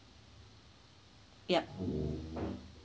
yup